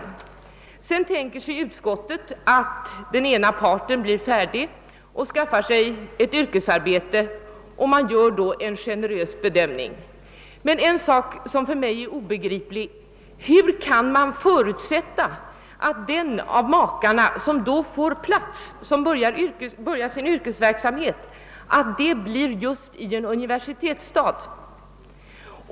Utskottet tänker sig att den ena parten sedan blir färdig med sina studier och skaffar sig ett yrkesarbete. Utskottet gör där en generös bedömning. Men för mig är det obegripligt hur man kan förutsätta att den av makarna som börjar sin yrkesverksamhet får anställning just i en universitetsstad.